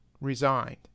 resigned